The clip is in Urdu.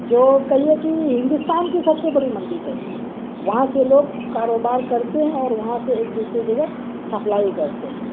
جو کہیے کہ ہندوستان کی سب سے بڑی منڈی کہیے وہاں سے لوگ کاروبار کرتے ہیں اور وہاں سے ایک دوسری جگہ سپلائی کرتے ہیں